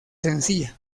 sencilla